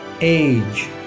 Age